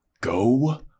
go